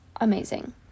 Amazing